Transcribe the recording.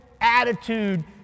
attitude